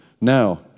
Now